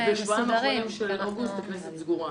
בשבועיים האחרונים של אוגוסט הכנסת סגורה.